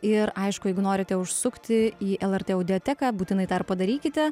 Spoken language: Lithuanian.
ir aišku jeigu norite užsukti į lrt audioteką būtinai tą ir padarykite